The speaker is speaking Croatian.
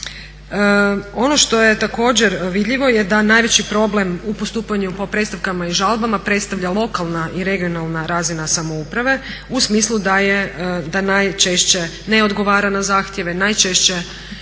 Ono što je također vidljivo je da najveći problem u postupanju po predstavkama i žalbama predstavlja lokalna i regionalna razina samouprave u smislu da najčešće ne odgovara na zahtjeve, dakle